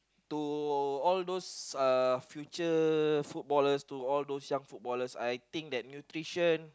to all those uh future footballers to all those young footballers I think that nutrition